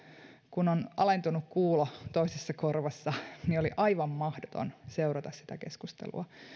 kun on alentunut kuulo toisessa korvassa niin oli aivan mahdotonta seurata sitä keskustelua